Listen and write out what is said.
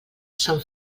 són